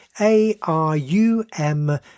A-R-U-M